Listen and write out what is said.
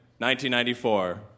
1994